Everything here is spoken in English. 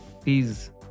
please